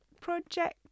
project